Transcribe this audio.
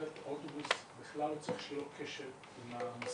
האוטובוס בכלל לא צריך שיהיה לו קשר עם הנוסעים.